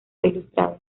ilustrado